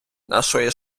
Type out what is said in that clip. нашої